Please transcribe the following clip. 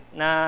na